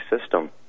system